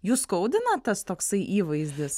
jus skaudina tas toksai įvaizdis